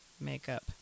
makeup